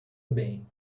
bem